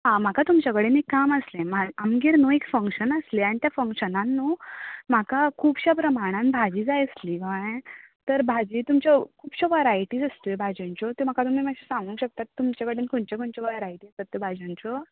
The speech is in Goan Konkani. आ म्हाका तुमच्या कडेन एक काम आसलें आमगेर नूं एक फक्शन आसलें आनी त्या फक्शनान नू म्हाका खूबशां प्रमाणान भाजी जाय आसली कळ्ळे तर भाजी तुमच्यो खूबश्यो वरायटिज आसल्यो भाजयांच्यो त्यो म्हाका तुमी मातश्यो सांगूंक शकता तुमचे कडेन खंयच्यो खंयच्यो वरायटिज आसा त्यो भाजयांच्यो